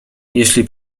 jeśli